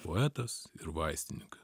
poetas ir vaistininkas